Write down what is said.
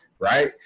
Right